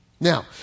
Now